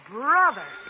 brother